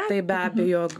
taip be abejo